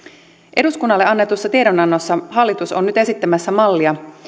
eduskunnalle annetuissa tiedonannoissa hallitus on nyt esittämässä mallia